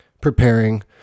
preparing